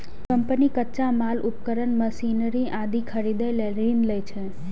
company कच्चा माल, उपकरण, मशीनरी आदि खरीदै लेल ऋण लै छै